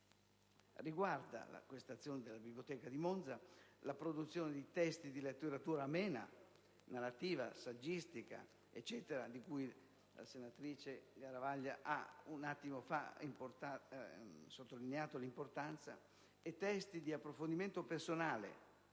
migliaia. L'azione della Biblioteca di Monza riguarda la produzione di testi di letteratura amena (narrativa e saggistica, eccetera), di cui la senatrice Garavaglia ha poco fa sottolineato l'importanza, di testi di approfondimento personale